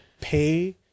pay